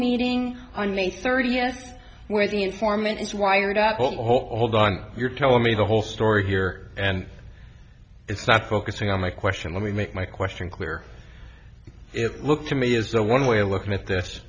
meeting on may thirtieth where the informant is wired up a hold on you're telling me the whole story here and it's not focusing on my question let me make my question clear it looks to me as though one way of looking at this